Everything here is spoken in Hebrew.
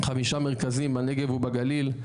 חמישה מרכזים בנגב ובגליל,